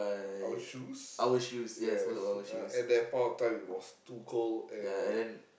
our shoes yes at that point of time it was too cold and